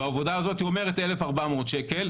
והעבודה הזאת אומרת שהעלות היא 1,400 שקלים,